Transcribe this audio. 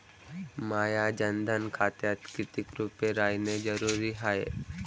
माह्या जनधन खात्यात कितीक रूपे रायने जरुरी हाय?